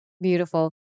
Beautiful